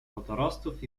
wodorostów